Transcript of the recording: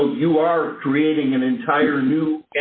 so you are creating an entire new